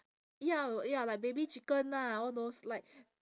ya ya like baby chicken lah all those like